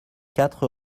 quatre